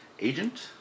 agent